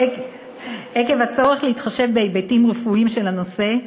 עקב הצורך להתחשב בהיבטים רפואיים של הנושא,